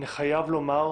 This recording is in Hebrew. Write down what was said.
אני חייב לומר,